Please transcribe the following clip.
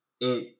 It